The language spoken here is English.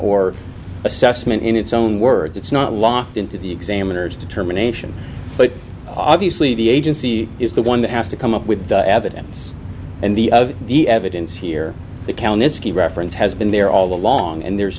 or assessment in its own words it's not locked into the examiners determination but obviously the agency is the one that has to come up with the evidence and the of the evidence here they counted ski reference has been there all along and there's